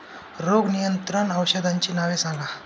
रोग नियंत्रण औषधांची नावे सांगा?